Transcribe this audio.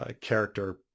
character